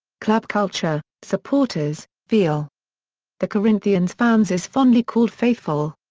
club culture supporters fiel the corinthians fans is fondly called faithful.